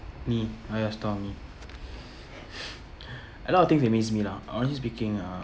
mm I always thought of me a lot of things amaze me lah honestly speaking uh